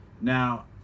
Now